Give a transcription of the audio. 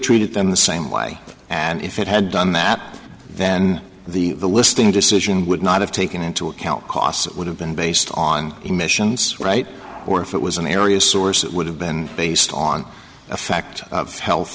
treated them the same way and if it had done that then the listing decision would not have taken into account costs would have been based on emissions right or if it was an area source it would have been based on a fact of health